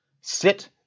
sit